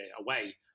away